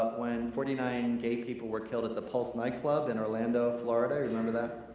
when forty nine gay people were killed at the pulse night club in orlando, florida, you remember that?